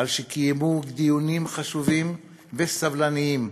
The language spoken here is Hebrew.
על שקיימו דיונים חשובים וסבלניים